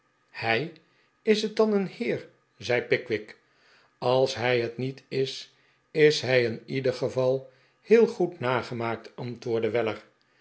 hij is het dan een heer zei pickwick als hij het niet is is hij in ieder geval heel goed nagemaakt antwoordde weller